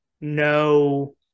no